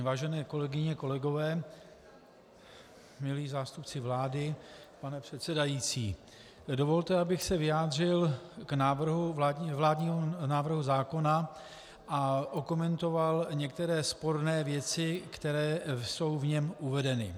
Vážené kolegyně, kolegové, milí zástupci vlády, pane předsedající, dovolte, abych se vyjádřil k vládnímu návrhu zákona a okomentoval některé sporné věci, které jsou v něm uvedeny.